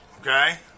okay